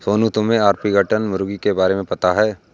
सोनू, तुम्हे ऑर्पिंगटन मुर्गी के बारे में पता है?